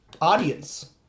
audience